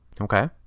Okay